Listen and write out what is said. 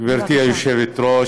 גברתי היושבת-ראש,